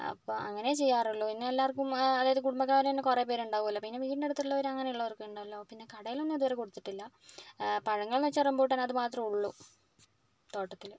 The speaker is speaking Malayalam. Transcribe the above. അപ്പം അങ്ങനയെ ചെയ്യാറുള്ളൂ പിന്നെല്ലാവർക്കും അതായത് കുടുംബക്കാർ തന്നെ കുറെ പേരുണ്ടാകുമല്ലൊ പിന്നെ വീടിനടുത്തുള്ളവര് അങ്ങിനെയുള്ളവരൊക്കെ ഉണ്ടല്ലോ പിന്നെ കടയിലൊന്നും ഇതുവരെ കൊടുത്തിട്ടില്ല പഴങ്ങളെന്നുവെച്ചാൽ റംബൂട്ടാൻ അതുമാത്രമെ ഉള്ളു തോട്ടത്തില്